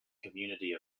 community